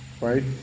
right